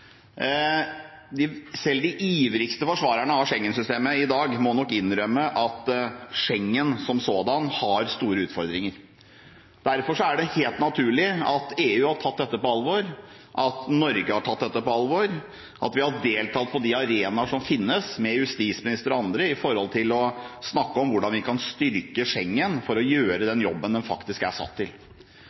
de ivrigste forsvarerne av Schengen-systemet i dag må nok innrømme at Schengen som sådan har store utfordringer. Derfor er det helt naturlig at EU har tatt dette på alvor, at Norge har tatt dette på alvor, og at vi har deltatt på de arenaer som finnes, med justisminister og andre, for å snakke om hvordan vi kan styrke Schengen, slik at man kan gjøre den jobben man faktisk er satt til.